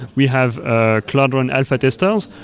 we have ah cloudrun alpha testers,